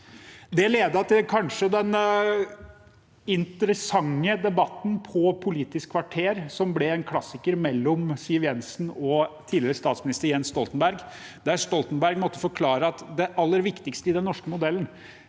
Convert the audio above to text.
Det ledet til den interessante debatten på Politisk kvarter, som ble en klassiker, mellom Siv Jensen og tidligere statsminister Jens Stoltenberg, der Stoltenberg måtte forklare at det aller viktigste i den norske modellen